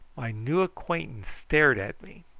my new acquaintance stared at me,